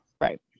right